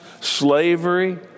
slavery